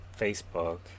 Facebook